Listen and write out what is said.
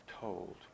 told